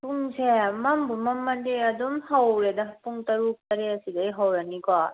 ꯄꯨꯡꯁꯦ ꯃꯝꯕꯨ ꯃꯝꯃꯗꯤ ꯑꯗꯨꯝ ꯍꯧꯔꯦꯗ ꯄꯨꯡ ꯇꯔꯨꯛ ꯇ꯭ꯔꯦꯠꯁꯤꯗꯒꯤ ꯍꯧꯔꯅꯤꯀꯣ